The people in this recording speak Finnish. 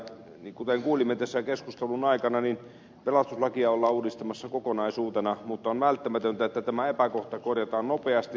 kuten kuulimme tässä keskustelun aikana niin pelastuslakia ollaan uudistamassa kokonaisuutena mutta on välttämätöntä että tämä epäkohta korjataan nopeasti